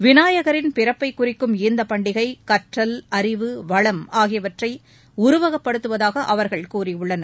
விநாயகரின் பிறப்பை குறிக்கும் இந்த பண்டிகை கற்றல் அறிவு வளம் ஆகியவற்றை உருவகப்படுத்துவதாக அவர்கள் கூறியுள்ளனர்